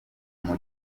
mujyi